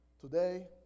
Today